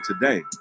today